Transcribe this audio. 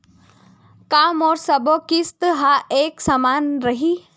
का मोर सबो किस्त ह एक समान रहि?